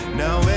now